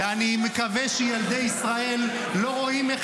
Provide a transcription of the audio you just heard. ואני מקווה שילדי ישראל לא רואים איך